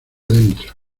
dentro